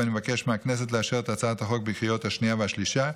ואני מבקש מהכנסת לאשר את הצעת החוק בקריאות השנייה והשלישית,